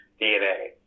DNA